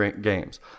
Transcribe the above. games